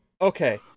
okay